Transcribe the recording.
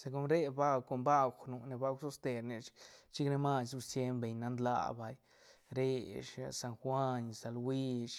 segun re bauj com bauj nu ne bauj toste ne chic- chicne mas ru rseñ beñ nan laa vay re sah san juañ sa luish.